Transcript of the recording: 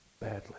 badly